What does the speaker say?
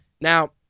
Now